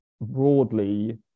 broadly